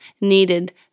needed